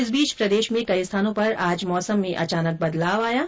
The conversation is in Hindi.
इस बीच प्रदेश में कई स्थानों पर आज मौसम में अचानक बदलाव आया है